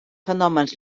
fenòmens